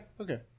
Okay